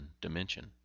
dimension